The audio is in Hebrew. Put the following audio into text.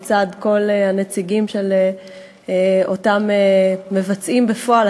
לצד כל הנציגים של אותם מבצעים בפועל,